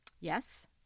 Yes